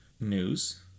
news